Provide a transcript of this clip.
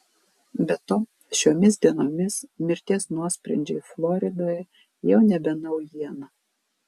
be to šiomis dienomis mirties nuosprendžiai floridoje jau nebe naujiena